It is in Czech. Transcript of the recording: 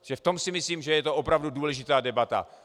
V tom si myslím, že je to opravdu důležitá debata.